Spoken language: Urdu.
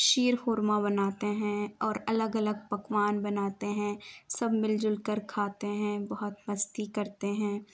شیر خورما بناتے ہیں اور الگ الگ پکوان بناتے ہیں سب مل جل کر کھاتے ہیں بہت مستی کرتے ہیں